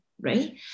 right